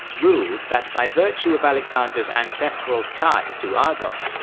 ruled that by virtue of alexander's ancestral ties to argos,